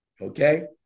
Okay